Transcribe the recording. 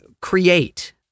create